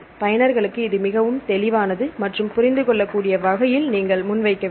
பயனர்களுக்கு இது மிகவும் தெளிவானது மற்றும் புரிந்துகொள்ளக்கூடிய வகையில் நீங்கள் முன்வைக்க வேண்டும்